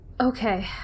Okay